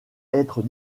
être